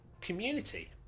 Community